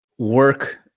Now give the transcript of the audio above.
work